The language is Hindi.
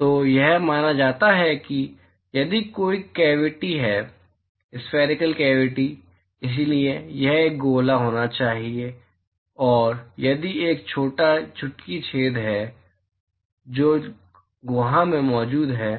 तो यह माना जाता है कि यदि कोई कैविटी है स्फैरिकल कैविटी इसलिए यह एक गोला होना चाहिए और यदि एक छोटा चुटकी छेद है जो गुहा में मौजूद है